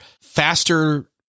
faster